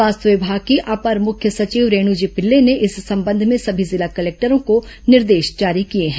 स्वास्थ्य विभाग की अपर मुख्य सचिव रेणु जी पिल्ले ने इस संबंध में सभी जिला कलेक्टरों को निर्देश जारी किए हैं